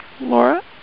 Laura